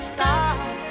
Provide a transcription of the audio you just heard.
Stop